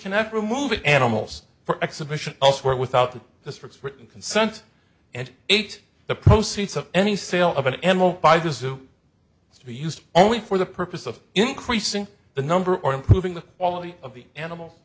connect remove it animals for exhibition elsewhere without the just written consent and ate the proceeds of any sale of an animal by just to be used only for the purpose of increasing the number or improving the quality of the animal